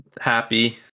happy